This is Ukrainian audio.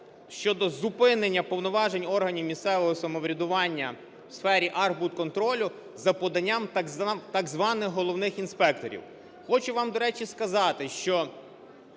щодо зупинення повноважень органів місцевого самоврядування в сфері архбудконтролю за поданням так званих головних інспекторів. Хочу вам, до речі, сказати, що